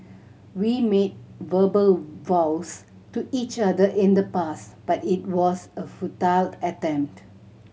we made verbal vows to each other in the past but it was a futile attempt